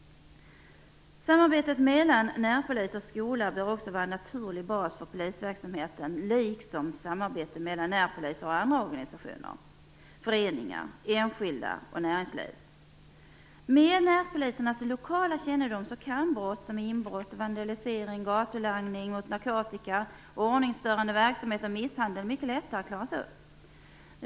Samarbete mellan närpolis och skola bör också vara en naturlig bas för polisverksamheten, liksom samarbete mellan närpoliser och andra organisationer, föreningar, enskilda och näringslivet. Med närpolisernas lokala kännedom kan brott som inbrott, vandalisering, gatulangning av narkotika, ordningsstörande verksamhet och misshandel mycket lättare klaras upp.